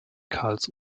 karls